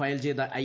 file ചെയ്ത I